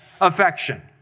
affection